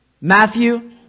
Matthew